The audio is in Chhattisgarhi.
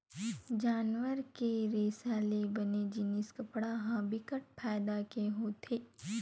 जानवर के रेसा ले बने जिनिस कपड़ा ह बिकट फायदा के होथे